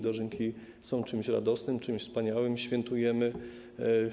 Dożynki są czymś radosnym, czymś wspaniałym, świętujemy.